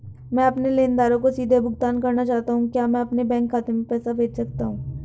मैं अपने लेनदारों को सीधे भुगतान करना चाहता हूँ क्या मैं अपने बैंक खाते में पैसा भेज सकता हूँ?